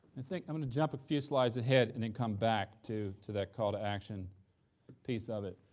and think i'm gonna jump a few slides ahead and then come back to to that call to action piece of it,